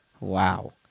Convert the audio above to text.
Wow